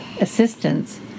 assistance